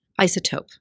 isotope